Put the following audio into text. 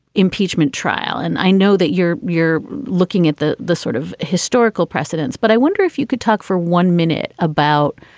impeachment trial, and i know that you're you're looking at the the sort of historical precedents, but i wonder if you could talk for one minute about